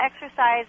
exercise